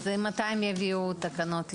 מתי יביאו את התקנות לוועדה?